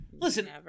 Listen